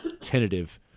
tentative